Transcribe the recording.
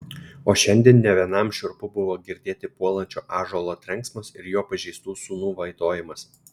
o šiandien ne vienam šiurpu buvo girdėti puolančio ąžuolo trenksmas ir jo pažeistų sūnų vaitojimas